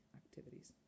activities